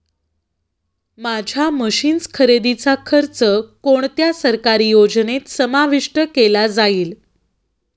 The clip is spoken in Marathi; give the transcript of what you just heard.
माझ्या मशीन्स खरेदीचा खर्च कोणत्या सरकारी योजनेत समाविष्ट केला जाईल?